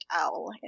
owl